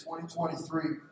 2023